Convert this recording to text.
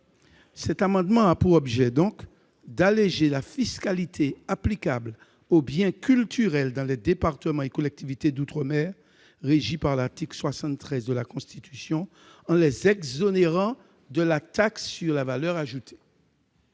Cet amendement a donc pour objet d'alléger la fiscalité applicable aux biens culturels dans les départements et collectivités d'outre-mer régis par l'article 73 de la Constitution, en les exonérant de la taxe sur la valeur ajoutée.